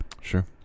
Sure